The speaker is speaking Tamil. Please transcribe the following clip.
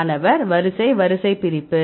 மாணவர் வரிசை வரிசை பிரிப்பு